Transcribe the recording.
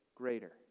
greater